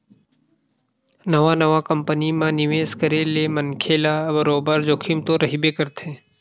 नवा नवा कंपनी म निवेस करे ले मनखे ल बरोबर जोखिम तो रहिबे करथे